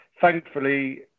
thankfully